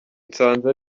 nsanze